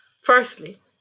Firstly